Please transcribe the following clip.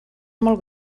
molt